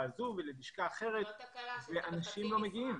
הזאת או ללשכה אחרת ואנשים לא מגיעים.